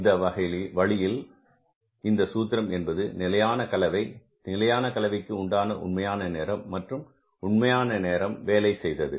இந்த வழியில் இந்த சூத்திரம் என்பது நிலையான கலவை நிலையான கலவைக்கு உண்டான உண்மையான நேரம் மற்றும் உண்மையான நேரம் வேலை செய்தது